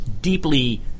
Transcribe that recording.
deeply